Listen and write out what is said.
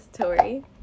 Tori